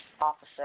officer